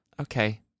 Okay